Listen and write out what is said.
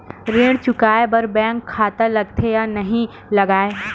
ऋण चुकाए बार बैंक खाता लगथे या नहीं लगाए?